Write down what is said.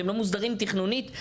שהם לא מוסדרים תכנונית.